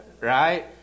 right